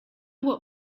what